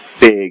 big